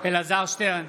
אלעזר שטרן,